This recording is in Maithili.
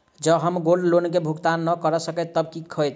जँ हम गोल्ड लोन केँ भुगतान न करऽ सकबै तऽ की होत?